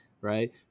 right